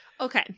Okay